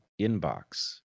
inbox